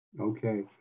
Okay